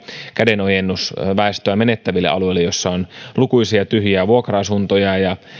kädenojennus väestöä menettäville alueille missä on lukuisia tyhjiä vuokra asuntoja